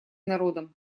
народом